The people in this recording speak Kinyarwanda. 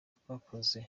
twakoze